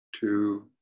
Two